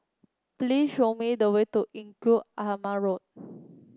please show me the way to Engku Aman Road